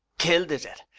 killed, is it?